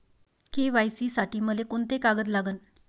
KYC साठी मले कोंते कागद लागन?